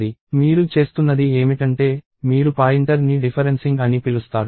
మీరు చేస్తున్నది ఏమిటంటే మీరు పాయింటర్ని డిఫరెన్సింగ్ అని పిలుస్తారు